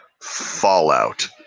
fallout